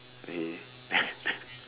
eh